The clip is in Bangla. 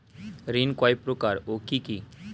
ঋণ কয় প্রকার ও কি কি?